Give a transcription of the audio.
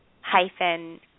hyphen